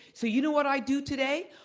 so you know what i do today?